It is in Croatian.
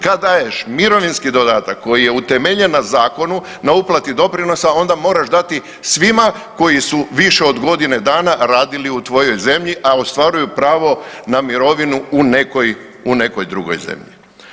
Kad daješ mirovinski dodatak koji je utemeljen na zakonu na uplati doprinosa onda moraš dati svima koji su više od godine dana radili u tvojoj zemlji, a ostvaruju pravo na mirovinu u nekoj, u nekoj drugoj zemlji.